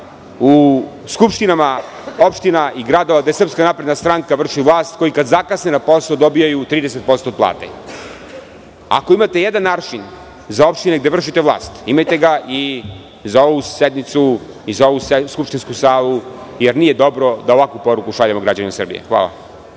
u skupštinama opština i gradova gde SNS vrši vlast, koji kad zakasne na posao dobijaju 30% od plate. Ako imate jedan aršin za opštine gde vršite vlast, imajte ga i za ovu sednicu i za ovu skupštinsku salu, jer nije dobro da ovakvu poruku šaljemo građanima Srbije. Hvala.